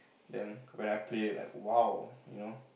then when I play like !wow! you know